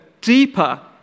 deeper